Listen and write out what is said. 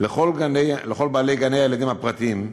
לכל בעלי גני-הילדים הפרטיים,